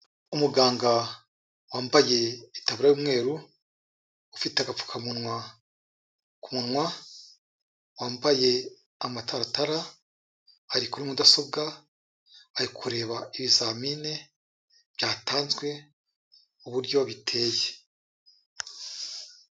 Umuganga wambage itaburiya y'umweru, ufite agapfukamunwa ku munwa wambaye amataratara, ari kuri mudasobwa, ari kureba ibizamine byatanzwe uburyo biteye.